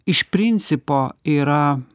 iš principo yra